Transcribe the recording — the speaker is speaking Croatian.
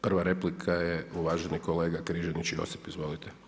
Prva replika je uvaženi kolega Križanić Josip, izvolite.